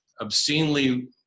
obscenely